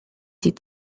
sie